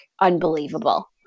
unbelievable